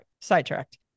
Sidetracked